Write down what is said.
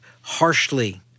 harshly